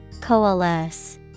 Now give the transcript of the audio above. Coalesce